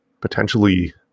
potentially